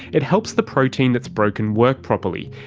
it helps the protein that's broken work properly,